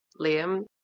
Liam